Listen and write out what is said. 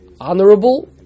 honorable